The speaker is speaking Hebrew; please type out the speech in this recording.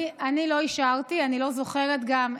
אני לא אישרתי, אני לא זוכרת גם.